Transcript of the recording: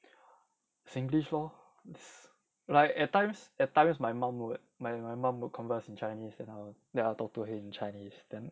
singlish lor like at times at times my mom my mom would converse in chinese and then I'll talk to her in chinese then